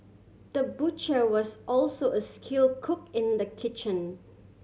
the butcher was also a skill cook in the kitchen